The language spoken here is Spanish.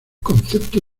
concepto